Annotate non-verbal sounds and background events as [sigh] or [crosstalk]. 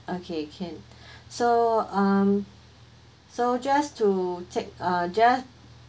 okay can [breath] so um so just to take uh just